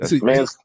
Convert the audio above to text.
Man